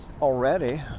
already